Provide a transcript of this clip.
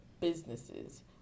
businesses